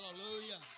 Hallelujah